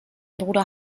bruder